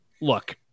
look